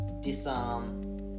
disarm